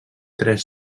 tres